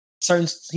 certain